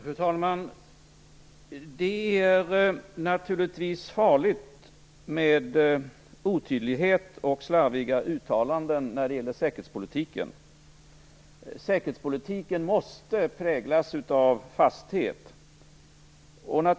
Fru talman! Otydlighet och slarviga uttalanden är naturligtvis farligt när det gäller säkerhetspolitiken. Säkerhetspolitiken måste präglas av fasthet.